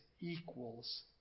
equals